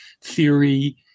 theory